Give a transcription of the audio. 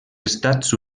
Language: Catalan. estats